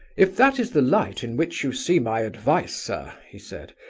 if that is the light in which you see my advice, sir he said,